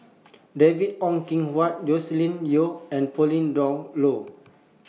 David Ong Kim Huat Joscelin Yeo and Pauline Dawn Loh